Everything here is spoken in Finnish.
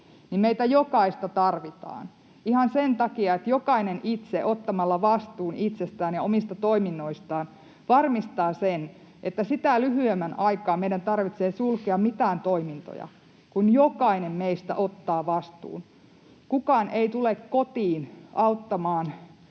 meitä jokaista tarvitaan, ihan sen takia, että jokainen itse ottamalla vastuun itsestään ja omista toiminnoistaan varmistaa sen, että sitä lyhyemmän aikaa meidän tarvitsee sulkea mitään toimintoja — kun jokainen meistä ottaa vastuun. Kukaan ei tule kotiin auttamaan